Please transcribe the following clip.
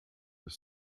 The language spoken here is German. ist